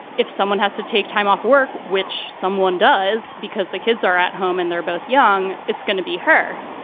if someone has to take time off work, which someone does, because the kids are at home and they're both young, it's going to be her,